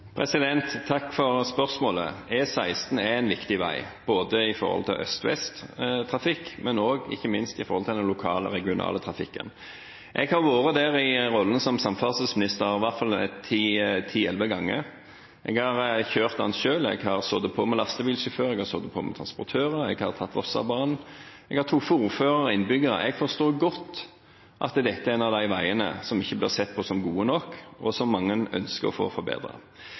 Takk for spørsmålet. E16 er en viktig vei, både med hensyn til øst–vest-trafikk og ikke minst med hensyn til den lokale og regionale trafikken. Jeg har vært der i rollen som samferdselsminister i hvert fall ti–elleve ganger. Jeg har kjørt veien selv, jeg har sittet på med lastebilsjåfører, jeg har sittet på med transportører, jeg har tatt Vossabanen, jeg har truffet ordførere og innbyggere, og jeg forstår godt at dette er en av de veiene som ikke blir sett på som god nok, og som mange ønsker å få